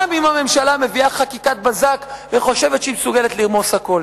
גם אם הממשלה מביאה חקיקת בזק וחושבת שהיא מסוגלת לרמוס הכול.